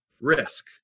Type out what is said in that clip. risk